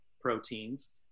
proteins